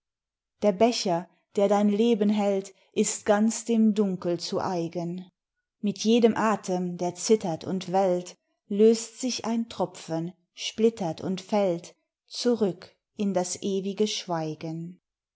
der becher der dein leben hält ist ganz dem dunkel zu eigen mit jedem atem der zittert und wellt löst sich ein tropfen splittert und fällt zurück in das ewige schweigen